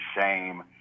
shame